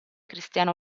cristiana